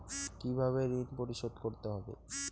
কিভাবে ঋণ পরিশোধ করতে হবে?